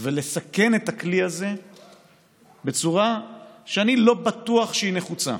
ולסכן את הכלי הזה בצורה שאני לא בטוח שהיא נחוצה.